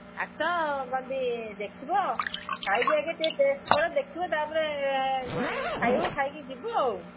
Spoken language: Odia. ଆସ ଗଦି ଦେଖିବ ଖାଇକି ଆଗେ ଟିକେ ଟେଷ୍ଟ କର ଦେଖିବ ତା'ପରେ ଖାଇବ ଖାଇକି ଯିବ ଆଉ